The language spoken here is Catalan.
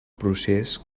procés